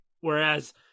Whereas